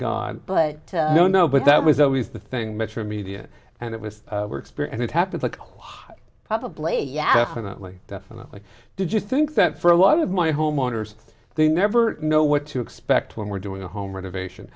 god but i don't know but that was always the thing metromedia and it was work spirit and it happened like probably yeah definitely definitely did you think that for a lot of my homeowners they never know what to expect when we're doing a home renovation